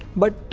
but